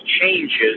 changes